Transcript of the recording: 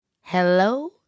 Hello